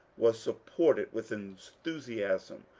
was supported with enthusiasm,